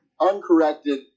uncorrected